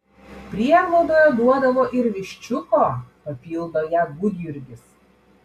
prieglaudoje duodavo ir viščiuko papildo ją gudjurgis